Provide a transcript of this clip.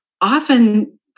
Often